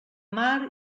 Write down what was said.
mar